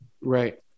right